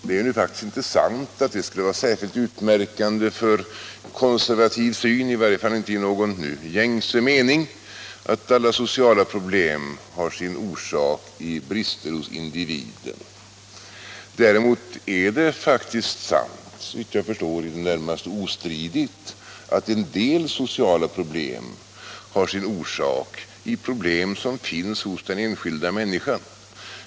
Det är nu faktiskt inte sant att det skulle vara särskilt utmärkande för konservativ syn, i varje fall inte i någon nu gängse mening, att alla sociala problem har sin orsak i brister hos individen. Däremot är det faktiskt sant — såvitt jag förstår i det närmaste ostridigt — att en del sociala problem har sin orsak i problem som finns hos den enskilda människan.